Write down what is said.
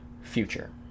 future